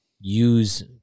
Use